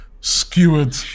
skewered